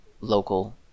local